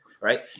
right